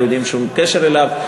ואין ליהודים שום קשר אליו.